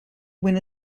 win